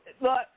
look